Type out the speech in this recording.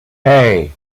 hey